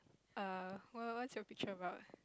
err what what's your picture about